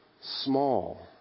small